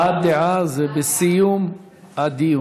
הבעת דעה זה בסיום הדיון.